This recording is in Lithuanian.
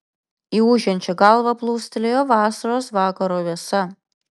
į ūžiančią galvą plūstelėjo vasaros vakaro vėsa